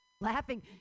Laughing